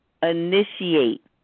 initiate